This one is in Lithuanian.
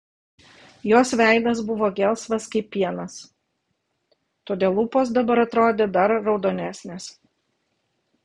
jos veidas buvo gelsvas kaip pienas todėl lūpos dabar atrodė dar raudonesnės